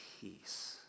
peace